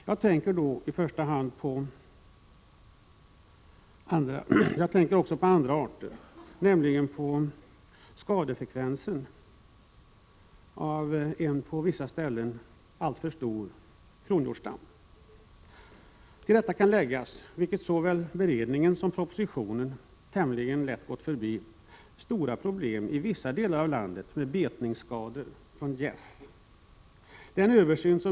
Jag tänker här i första hand på frekvensen av skador orsakade av en på vissa ställen alltför stor kronhjortsstam. Till detta kan läggas, vilket såväl beredningen som propositionen tämligen lätt gått förbi, stora problem i vissa delar av landet med betningsskador orsakade av gäss.